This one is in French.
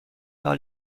par